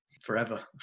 forever